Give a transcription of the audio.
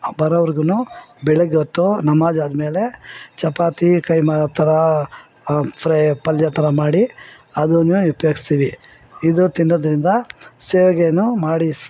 ಬರೋವ್ರಿಗು ಬೆಳಗ್ಗೆ ಹೊತ್ತು ನಮಾಜ್ ಆದಮೇಲೆ ಚಪಾತಿ ಕೈಮಾ ಆ ಥರಾ ಫ್ರೈ ಪಲ್ಯ ಥರ ಮಾಡಿ ಅದನ್ನೇ ಉಪ್ಯೋಗಿಸ್ತೀವಿ ಇದು ತಿನ್ನೋದರಿಂದ ಶಾವ್ಗೆ ಮಾಡಿ